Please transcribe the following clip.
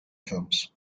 films